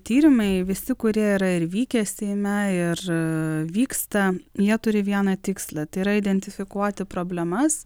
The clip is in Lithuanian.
tyrimai visi kurie yra ir vykę seime ir vyksta jie turi vieną tikslą tai yra identifikuoti problemas